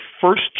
first